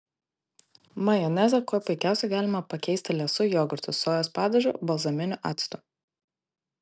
majonezą kuo puikiausiai galima pakeisti liesu jogurtu sojos padažu balzaminiu actu